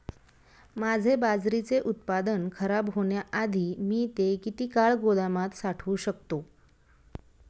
माझे बाजरीचे उत्पादन खराब होण्याआधी मी ते किती काळ गोदामात साठवू शकतो?